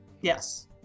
Yes